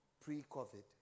pre-COVID